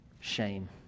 shame